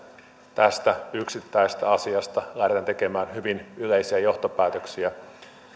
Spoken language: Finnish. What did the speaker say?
tästä yksittäisestä asiasta lähdetään tekemään hyvin yleisiä johtopäätöksiä